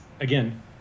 again